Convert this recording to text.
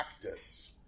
practice